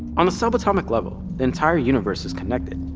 on the sub-atomic level, the entire universe is connected.